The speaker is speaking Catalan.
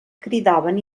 cridaven